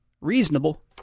reasonable